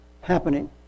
happening